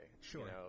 Sure